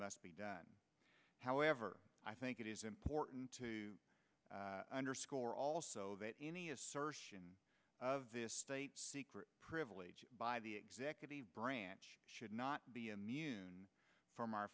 must be done however i think it is important underscore also that any assertion of this state secrets privilege by the executive branch should not be immune from our